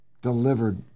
delivered